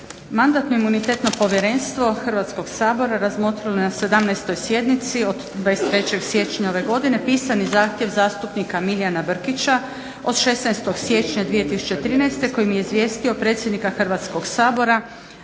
Mandatno-imunitetno povjerenstvo Hrvatskog sabora razmotrilo je na 17. sjednici od 23. siječnja ove godine pisani zahtjev zastupnika Milijana Brkića od 16.siječnja 2013. kojem je izvijestio predsjednika Hrvatskog sabora